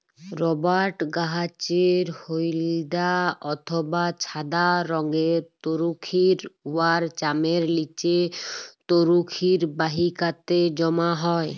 রবাট গাহাচের হইলদ্যা অথবা ছাদা রংয়ের তরুখির উয়ার চামের লিচে তরুখির বাহিকাতে জ্যমা হ্যয়